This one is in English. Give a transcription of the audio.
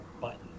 button